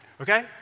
Okay